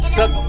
Suck